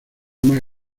más